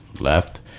Left